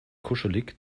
kuschelig